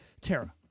Tara